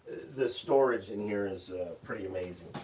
the storage in here is pretty amazing,